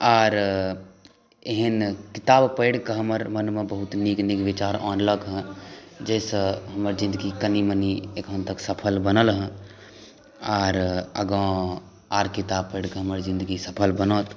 आर एहन किताब पढ़ि कऽ हमर मन मे बहुत नीक नीक विचार आनलक हेँ जाहि सॅं हमर जिनगी कनी मनी एखन तक सफल बनल हेँ आर अगाँ आर किताब पढ़िकऽ हमर जिन्दगी सफल बनत